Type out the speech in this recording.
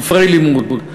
ספרי לימוד,